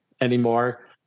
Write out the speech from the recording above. anymore